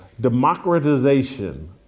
democratization